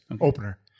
opener